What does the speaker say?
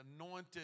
anointed